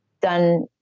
done